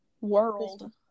world